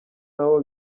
nabo